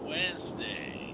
Wednesday